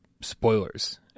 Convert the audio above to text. spoilers